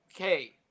Okay